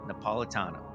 Napolitano